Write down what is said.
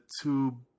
two